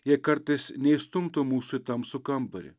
jei kartais neįstumtų mūsų į tamsų kambarį